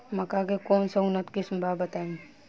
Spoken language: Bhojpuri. मक्का के कौन सा उन्नत किस्म बा बताई?